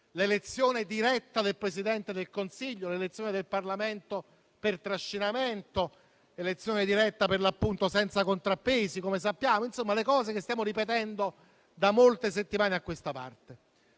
l'elezione diretta del Presidente del Consiglio, l'elezione del Parlamento per trascinamento, l'elezione diretta senza contrappesi, come sappiamo; insomma, le cose che stiamo ripetendo da molte settimane a questa parte.